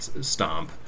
stomp